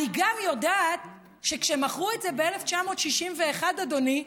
אני גם יודעת שכשמכרו את זה ב-1961, אדוני,